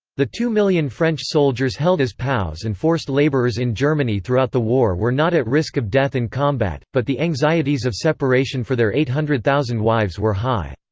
the two million french soldiers held as pows and forced laborers in germany throughout the war were not at risk of death in combat, but the anxieties of separation for their eight hundred thousand wives were high.